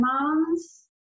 moms